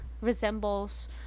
resembles